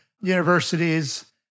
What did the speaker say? universities